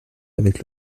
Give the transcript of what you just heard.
avec